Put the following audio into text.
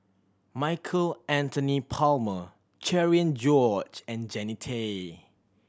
Michael Anthony Palmer Cherian George and Jannie Tay